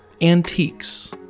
antiques